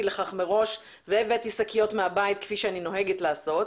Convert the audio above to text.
לכך מראש והבאתי שקיות מן הבית כפי שאני נוהגת לעשות,